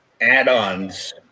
add-ons